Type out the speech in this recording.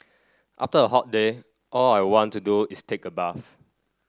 after a hot day all I want to do is take a bath